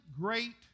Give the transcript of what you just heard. great